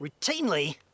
routinely